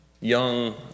young